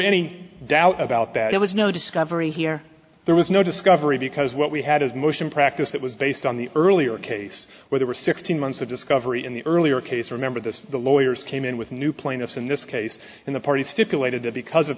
any doubt about that it was no discovery here there was no discovery because what we had is motion practice that was based on the earlier case where there were sixteen months of discovery in the earlier case remember this the lawyers came in with new plaintiffs in this case and the parties stipulated to because of